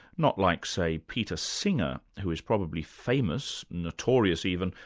not like say peter singer who is probably famous, notorious even,